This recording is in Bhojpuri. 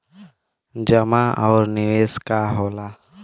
जमा और निवेश का होला?